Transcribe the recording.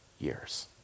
years